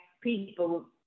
people